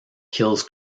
kills